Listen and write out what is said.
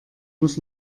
muss